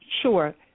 Sure